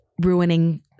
ruining –